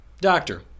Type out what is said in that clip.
Doctor